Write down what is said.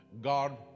God